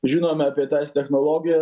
žinom apie tas technologijas